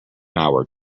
hour